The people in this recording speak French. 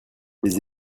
des